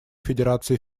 федерации